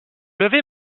levé